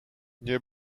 nie